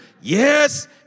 Yes